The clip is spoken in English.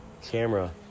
camera